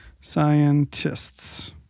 Scientists